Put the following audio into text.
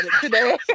today